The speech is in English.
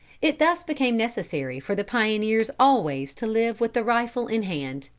it thus became necessary for the pioneers always to live with the rifle in hand.